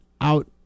out